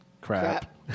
Crap